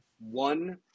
One